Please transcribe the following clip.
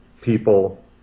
people